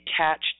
attached